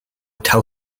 tell